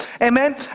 amen